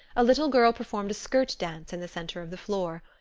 a little girl performed a skirt dance in the center of the floor.